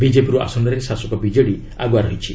ବିଜେପୁର ଆସନରେ ଶାସକ ବିଜେଡ଼ି ଆଗୁଆ ରହିଛି